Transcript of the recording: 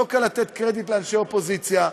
לא קל לתת קרדיט לאנשי אופוזיציה,